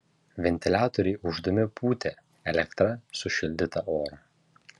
ventiliatoriai ūždami pūtė elektra sušildytą orą